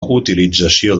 utilització